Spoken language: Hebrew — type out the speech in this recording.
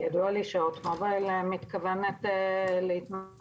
ידוע לי שהוט מובייל מתכוונת להתנגד